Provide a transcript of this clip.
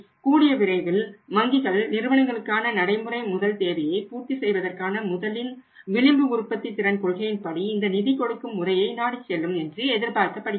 எனவே கூடிய விரைவில் வங்கிகள் நிறுவனங்களுக்கான நடைமுறை முதல் தேவையைப் பூர்த்தி செய்வதற்கு முதலின் விளிம்பு உற்பத்தித்திறன் கொள்கையின்படி இந்த நிதி கொடுக்கும் முறையை நாடிச் செல்லும் என்று எதிர்பார்க்கப்படுகிறது